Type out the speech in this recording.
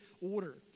order